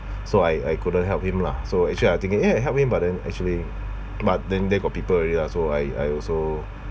so I I couldn't help him lah so actually I think eh I help him but then actually but then there got people already lah so I I also